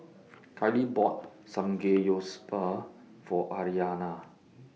Kailee bought Samgeyopsal For Aryanna